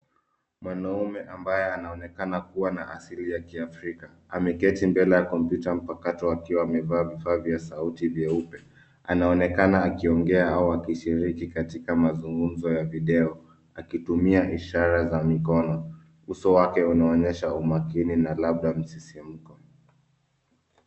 Mwanaume ambaye anaonekana kuwa na asili ya kiafrika, ameketi mbele ya kompyuta mpakato akiwa amevaa vifaa vya sauti vyeupe. Anaonekana akiongea au akishriki katika mazungumzo ya video, akitumia ishara za mikono. Uso wake unaonyesha umakini na labda msisimuko.